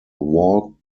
war